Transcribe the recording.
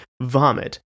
vomit